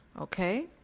okay